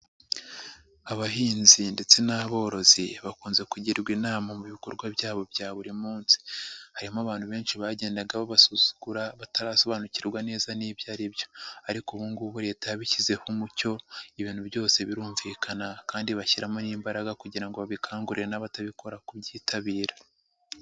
Abahinzi ndetse n'aborozi bakunze kugirwa inama mu bikorwa byabo bya buri munsi, harimo abantu benshi bagendaga basuzugura batarasobanukirwa neza n'ibyo ari byo ariko ubu ngubu Leta yabishyizeho umucyo, ibintu byose birumvikana kandi bashyiramo n'imbaraga kugira ngo babikangurire n'abatabikora kubyitabira.